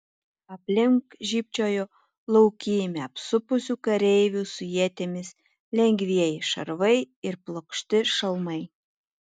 aplink žybčiojo laukymę apsupusių kareivių su ietimis lengvieji šarvai ir plokšti šalmai